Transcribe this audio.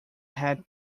had